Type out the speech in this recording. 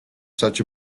such